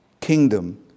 kingdom